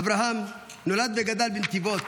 אברהם נולד וגדל בנתיבות,